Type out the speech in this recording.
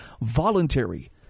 voluntary